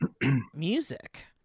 music